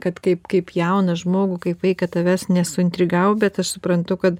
kad kaip kaip jauną žmogų kaip vaiką tavęs nesuintrigavo bet aš suprantu kad